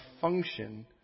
function